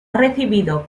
recibido